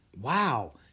Wow